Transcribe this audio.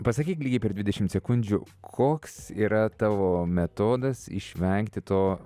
pasakyk lygiai per dvidešim sekundžių koks yra tavo metodas išvengti to